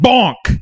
Bonk